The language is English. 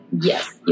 yes